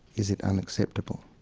is it unacceptable?